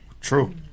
true